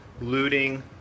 looting